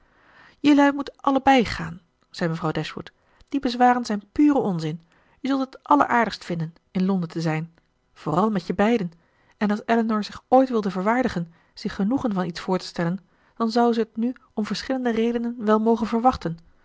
jelui moet allebei gaan zei mevrouw dashwood die bezwaren zijn pure onzin je zult het alleraardigst vinden in londen te zijn vooral met je beiden en als elinor zich ooit wilde verwaardigen zich genoegen van iets voor te stellen dan zou ze het nu om verschillende redenen wel mogen verwachten